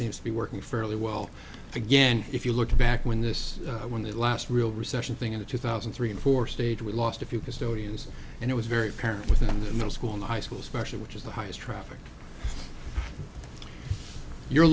seems to be working fairly well again if you look back when this when the last real recession thing in the two thousand and three and four stage we lost a few custodians and it was very apparent within the middle school and high school especially which is the highest traffic you're